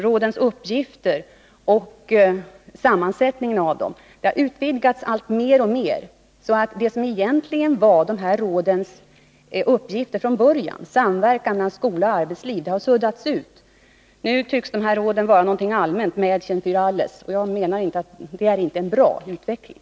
Rådens uppgifter och deras sammansättning har utvidgats allt mer och mer, så att det som egentligen var de här rådens uppgift från början — samverkan mellan skola och arbetsliv — har suddats ut. Nu tycks råden vara något slags ”Mädchen fär alles”. Detta är ingen bra utveckling.